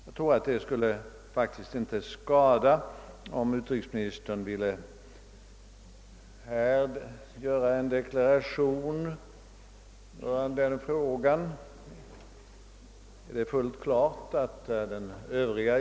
Jag tror inte att det skulle skada om utrikesministern här ville göra en deklaration beträffande denna fråga.